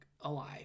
alive